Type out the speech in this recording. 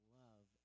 love